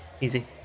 easy